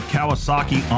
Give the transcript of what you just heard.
Kawasaki